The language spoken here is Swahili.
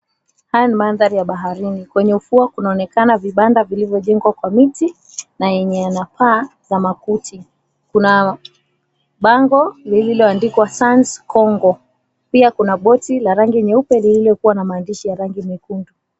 Haya ni mandhari ya baharini. Kwenye ufuo kunaonekana vibanda vilivyojengwa kwa miti na yenye yana paa za makuti. Kuna bango lililoandikwa, Sands Kongo. Pia kuna boti la rangi nyeupe lililokuwa na maandishi ya rangi nyekundu.